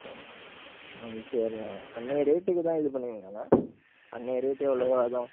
ஆ சரிண்ணா அன்ரைய ரேட்டுக்கு தான் இது பண்ணுவீங்களாண்ணா அன்றைய ரேட்டு எவ்வளோவோ அதுதான்